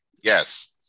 Yes